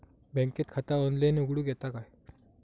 बँकेत खाता ऑनलाइन उघडूक येता काय?